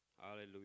Hallelujah